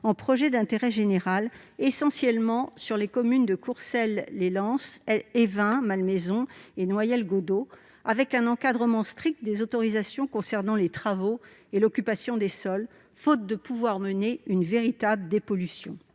en périmètre d'intérêt général, essentiellement sur les communes de Courcelles-lès-Lens, Évin-Malmaison et Noyelles-Godault, avec un encadrement strict des autorisations concernant les travaux et l'occupation des sols, faute de pouvoir mener une véritable dépollution.